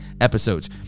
episodes